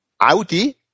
Audi